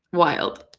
wild!